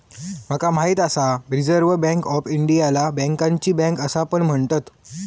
माका माहित आसा रिझर्व्ह बँक ऑफ इंडियाला बँकांची बँक असा पण म्हणतत